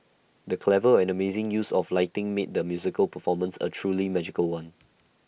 the clever and amazing use of lighting made the musical performance A truly magical one